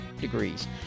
degrees